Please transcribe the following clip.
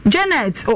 Janet